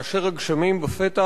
כאשר הגשמים בפתח,